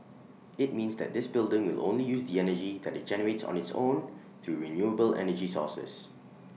IT means that this building will only use the energy that IT generates on its own through renewable energy sources